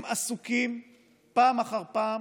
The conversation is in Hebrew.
הם עסוקים פעם אחר פעם